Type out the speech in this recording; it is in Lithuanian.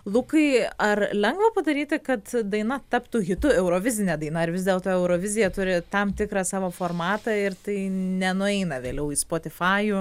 lukai ar lengva padaryti kad daina taptų hitu eurovizine daina ar vis dėlto eurovizija turi tam tikrą savo formatą ir tai nenueina vėliau į spotifajų